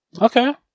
Okay